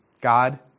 God